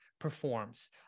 performs